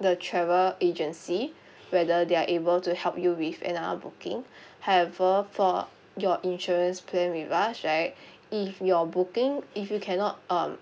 the travel agency whether they are able to help you with another booking however for your insurance plan with us right if your booking if you cannot um